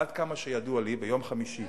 עד כמה שידוע לי ביום חמישי --- זו